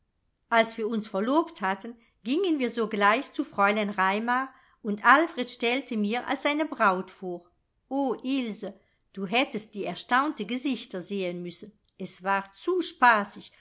als wir uns verlobt hatten gingen wir sogleich zu fräulein raimar und alfred stellte mir als seine braut vor o ilse du hättest die erstaunte gesichter sehen müssen es war zu spassig